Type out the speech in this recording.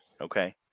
Okay